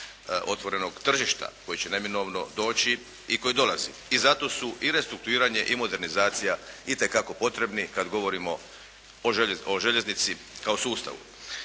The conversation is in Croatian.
otvorenog tržišta koje će neminovno doći i koje dolazi. I zato su restrukturiranje i modernizacija itekako potrebni kad govorimo o željeznici kao sustavu.